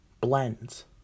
blends